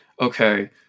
okay